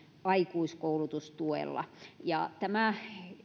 aikuiskoulutustuella tämä